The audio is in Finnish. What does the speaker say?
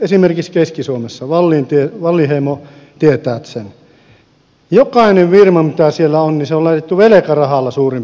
esimerkiksi keski suomessa wallinheimo tietää sen jokainen firma mikä siellä on on laitettu velkarahalla suurin piirtein pystyyn